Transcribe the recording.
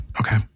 Okay